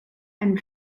and